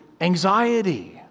anxiety